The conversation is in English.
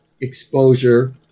exposure